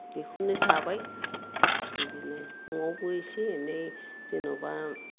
बेखौनो जाबाय बिदिनो न'आवबो एसे एनै जेनेबा